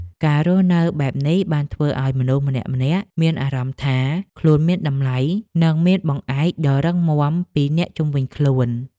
ការរស់នៅបែបនេះបានធ្វើឱ្យមនុស្សម្នាក់ៗមានអារម្មណ៍ថា ខ្លួនមានតម្លៃនិងមានបង្អែកដ៏រឹងមាំពីអ្នកជុំវិញខ្លួន។